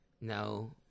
No